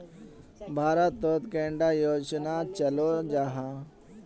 भारत तोत कैडा योजना चलो जाहा?